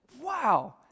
Wow